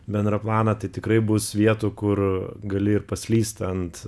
bendrą planą tai tikrai bus vietų kur gali ir paslyst ant